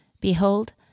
Behold